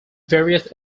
various